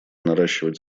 наращивать